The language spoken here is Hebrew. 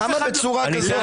למה בצורה כזאת?